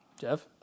Jeff